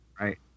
Right